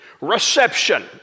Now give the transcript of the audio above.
Reception